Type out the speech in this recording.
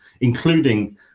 including